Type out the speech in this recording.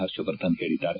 ಹರ್ಷವರ್ಧನ್ ಹೇಳಿದ್ದಾರೆ